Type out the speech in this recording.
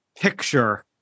picture